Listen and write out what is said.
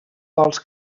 vols